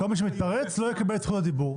כל מי שיתפרץ לא יקבל את זכות הדיבור.